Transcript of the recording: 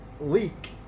leak